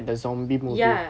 ya